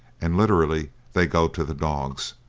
and, literally, they go to the dogs,